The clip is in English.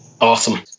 Awesome